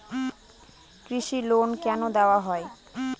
কৃষি লোন কেন দেওয়া হয়?